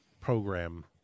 program